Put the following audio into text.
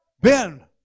Ben